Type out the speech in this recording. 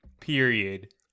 period